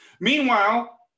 Meanwhile